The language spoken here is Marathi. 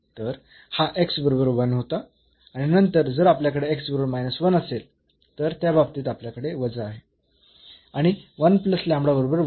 तर हा बरोबर 1 होता आणि नंतर जर आपल्याकडे बरोबर असेल तर त्या बाबतीत आपल्याकडे वजा आहे आणि बरोबर 1 आहे